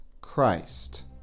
Christ